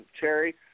Cherry